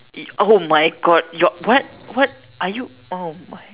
it oh my God your what what are you oh my